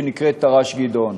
שנקראת תר"ש "גדעון".